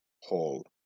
Hall